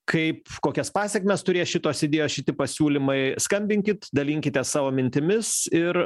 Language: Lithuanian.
kaip kokias pasekmes turės šitos idėjos šiti pasiūlymai skambinkit dalinkitės savo mintimis ir